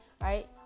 right